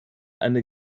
eine